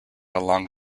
along